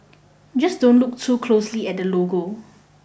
just don't look too closely at the logo